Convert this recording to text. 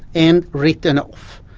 and written off.